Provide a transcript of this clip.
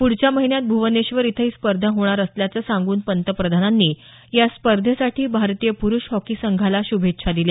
पुढच्या महिन्यात भुवनेश्वर इथं ही स्पर्धा होणार असल्याचं सांगून पंतप्रधानांनी या स्पर्धेसाठी भारतीय पुरुष हॉकी संघाला शुभेच्छा दिल्या